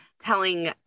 telling